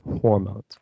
hormones